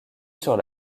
sur